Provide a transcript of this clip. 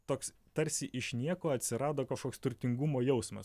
toks tarsi iš nieko atsirado kažkoks turtingumo jausmas